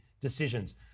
decisions